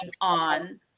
on